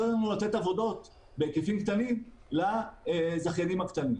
לנו לתת עבודות בהיקפים קטנים לזכיינים הקטנים.